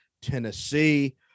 Tennessee